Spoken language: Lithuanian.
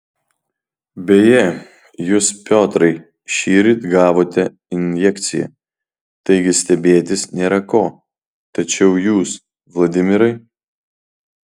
beje jūs piotrai šįryt gavote injekciją taigi stebėtis nėra ko tačiau jūs vladimirai